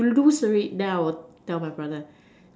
you lose already then I will tell my brother